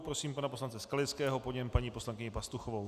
Prosím pana poslance Skalického, po něm paní poslankyni Pastuchovou.